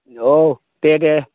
औ दे दे